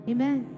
Amen